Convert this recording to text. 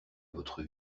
votre